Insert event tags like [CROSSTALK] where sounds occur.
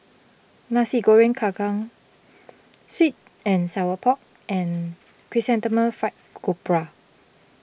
Nasi Goreng Kerang Sweet and Sour Pork and Chrysanthemum Fried [UNINTELLIGIBLE]